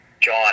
John